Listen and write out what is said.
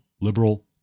liberal